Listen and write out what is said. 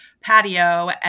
patio